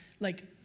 like,